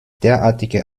derartige